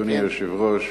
אדוני היושב-ראש,